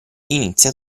inizia